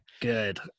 Good